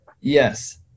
Yes